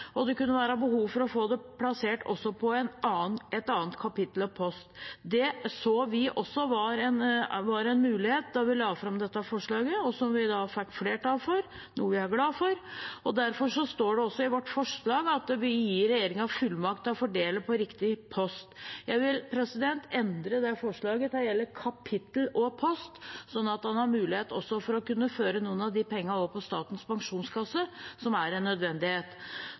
og at det kunne være behov for å få det plassert også på et annet kapittel og post. Det så vi også var en mulighet da vi la fram dette forslaget, og som vi da fikk flertall for, noe vi er glade for, og derfor står det også i vårt forslag at vi gir regjeringen fullmakt til å fordele på riktig post. Jeg vil endre det forslaget til å gjelde «kapittel og post», sånn at en har mulighet til å kunne føre noen av de pengene over på Statens pensjonskasse, som er en nødvendighet.